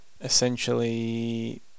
essentially